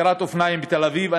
השכרת אופניים בתל-אביב.